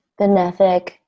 benefic